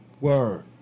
word